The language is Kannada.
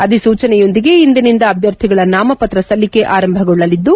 ಅಧಿಸೂಚನೆಯೊಂದಿಗೆ ಇಂದಿನಿಂದ ಅಭ್ಯರ್ಥಿಗಳ ನಾಮಪತ್ರ ಸಲ್ಲಿಕೆ ಆರಂಭಗೊಳ್ಳಲಿದ್ದು